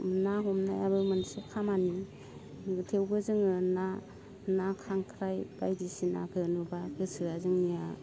ना हमनायाबो मोनसे खामानि थेवबो जोङो ना ना खांख्राइ बायदिसिनाखो नुब्ला गोसोआ जोंनिया